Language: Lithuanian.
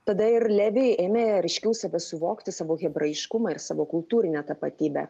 tada ir levi ėmė ryškiau save suvokti savo hebraiškumą ir savo kultūrinę tapatybę